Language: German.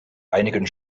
einigen